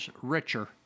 richer